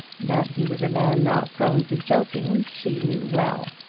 that he was a man not prone to joking she knew well,